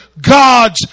God's